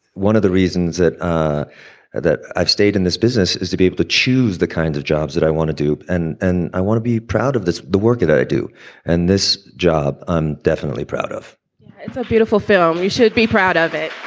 one of the reasons that that i've stayed in this business is to be able to choose the kinds of jobs that i want to do. and and i want to be proud of the work that i do and this job i'm definitely proud of it's a beautiful film. you should be proud of it